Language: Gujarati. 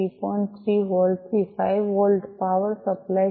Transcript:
3 વોલ્ટ થી 5 વોલ્ટ પાવર સપ્લાય છે